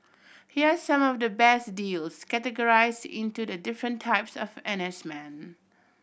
here are some of the best deals categorised into the different types of N S men